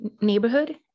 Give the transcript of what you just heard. neighborhood